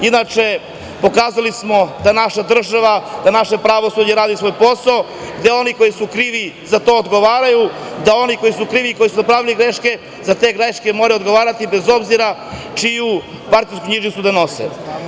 Inače, pokazali smo da naša država, da naše pravosuđe radi svoj posao, da oni koji su krivi za to odgovaraju, da oni koji su krivi, koji su napravili greške, za te greške moraju odgovarati, bez obzira čiju partijsku knjižicu nose.